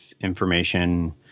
information